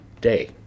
day